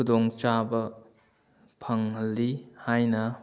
ꯈꯨꯗꯣꯡ ꯆꯥꯕ ꯐꯪꯍꯜꯂꯤ ꯍꯥꯏꯅ